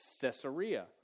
Caesarea